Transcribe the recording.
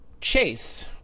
chase